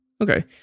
Okay